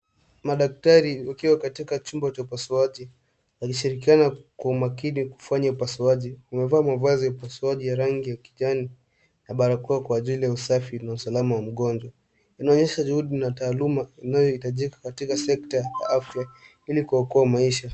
Madaktari wakiwa katika chumba cha upasuaji wakishirikiana kwa umakini kufanya upasuaji, wamevaa mavazi ya upasuaji ya rangi ya kijani na barakoa kwa ajili ya usafi na usalama wa mgonjwa. Inaonyesha juhudi na taaluma inayohitajika katika sekta ya afya ili kuokoa maisha.